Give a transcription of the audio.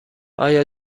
آیا